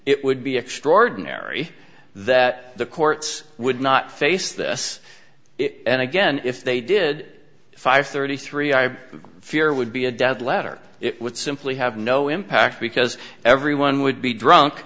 it would be extraordinary that the courts would not face this and again if they did five hundred and thirty three dollars i fear would be a dead letter it would simply have no impact because everyone would be drunk